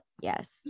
yes